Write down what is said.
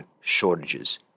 shortages